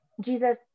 Jesus